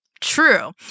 True